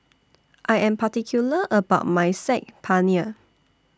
I Am particular about My Saag Paneer